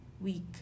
week